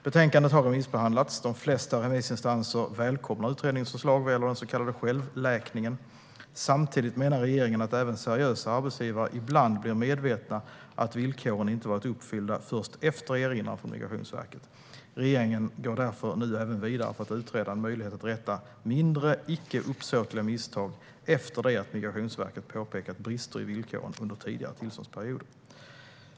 Betänkandet har remissbehandlats. De flesta remissinstanser välkomnar utredningens förslag vad gäller den så kallade självläkningen. Samtidigt menar regeringen att även seriösa arbetsgivare ibland blir medvetna om att villkoren inte varit uppfyllda förrän efter erinran från Migrationsverket. Regeringen går därför nu även vidare för att utreda en möjlighet att rätta mindre, icke uppsåtliga, misstag efter det att Migrationsverket påpekat brister i villkoren under tidigare tillståndsperioder.